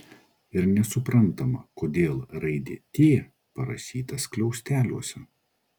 ir nesuprantama kodėl raidė t parašyta skliausteliuose